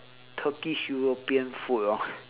turkish european food lor